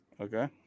okay